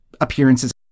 appearances